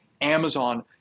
Amazon